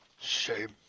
Shame